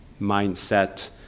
mindset